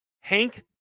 Hank